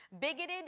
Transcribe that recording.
bigoted